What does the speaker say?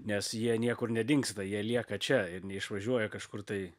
nes jie niekur nedingsta jie lieka čia ir neišvažiuoja kažkur tai